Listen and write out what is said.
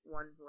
one